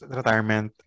Retirement